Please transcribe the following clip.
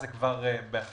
זה כבר באחריות